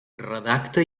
redacta